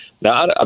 Now